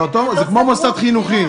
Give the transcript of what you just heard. זה כמו מוסד חינוך.